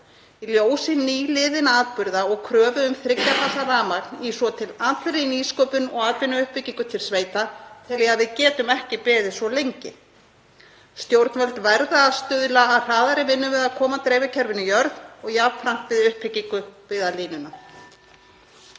Í ljósi nýliðinna atburða og kröfu um þriggja fasa rafmagn í svo til allri nýsköpun og atvinnuuppbyggingu til sveita tel ég að við getum ekki beðið svo lengi. Stjórnvöld verða að stuðla að hraðari vinnu við að koma dreifikerfinu í jörð og jafnframt uppbyggingu byggðalínunnar.